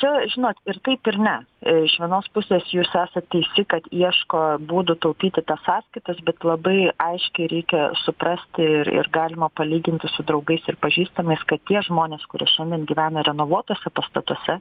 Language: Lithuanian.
čia žinot ir taip ir ne iš vienos pusės jūs esat teisi kad ieško būdų taupyti tas sąskaitas bet labai aiškiai reikia suprasti ir ir galima palyginti su draugais ir pažįstamais kad tie žmonės kurie šiandien gyvena renovuotuose pastatuose